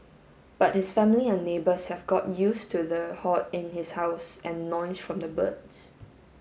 but his family and neighbours have got used to the hoard in his house and noise from the birds